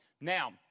Now